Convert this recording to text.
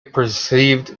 perceived